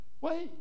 wait